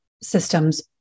systems